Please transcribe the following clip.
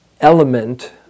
element